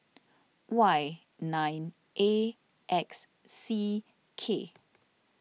Y nine A X C K